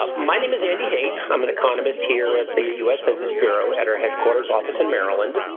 ah my name is andy hait. i'm an economist here at the us census bureau at our headquarters office in maryland.